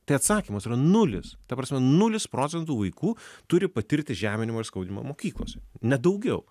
tai atsakymas nulis ta prasme nulis procentų vaikų turi patirti žeminimą ir skaudinimą mokyklose ne daugiau